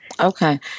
Okay